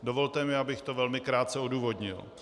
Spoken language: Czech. Dovolte mi, abych to velmi krátce odůvodnil.